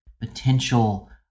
potential